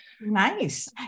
nice